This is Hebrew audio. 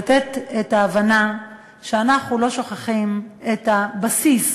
לתת את ההבנה שאנחנו לא שוכחים את הבסיס